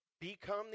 Become